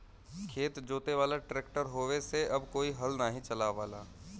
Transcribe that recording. खेत जोते वाला ट्रैक्टर होये से अब कोई हल नाही चलावला